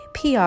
PR